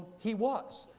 he was.